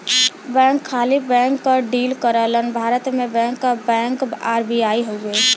bank खाली bank क deal करलन भारत में बैंक क बैंक आर.बी.आई हउवे